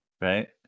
Right